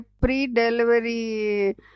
pre-delivery